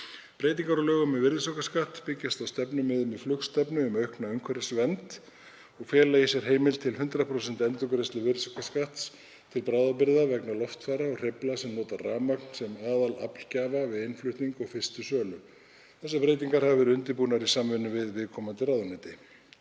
Breytingar á lögum um virðisaukaskatt byggjast á stefnumiðum í flugstefnu um aukna umhverfisvernd og fela í sér heimild til 100% endurgreiðslu virðisaukaskatts til bráðabirgða vegna loftfara og hreyfla sem nota rafmagn sem aðalaflgjafa við innflutning og fyrstu sölu. Þessar breytingar hafa verið undirbúnar í samvinnu við viðkomandi ráðuneyti.